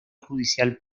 judicial